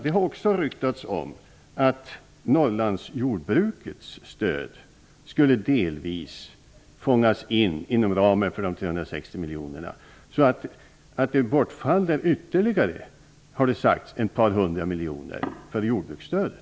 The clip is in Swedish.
Det har också ryktats om att Norrlandsjordbrukets stöd delvis skulle fångas in inom ramen för de 360 miljonerna. Det har sagts att det då bortfaller ytterligare ett par hundra miljoner från jordbruksstödet.